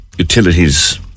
Utilities